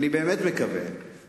אני באמת מקווה,